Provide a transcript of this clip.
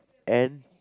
and